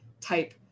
type